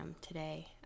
today